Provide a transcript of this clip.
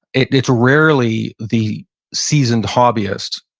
it's rarely the seasoned hobbyists,